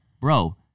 bro